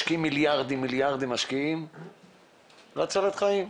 משקיעים מיליארדים בהצלת חיים.